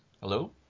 Hello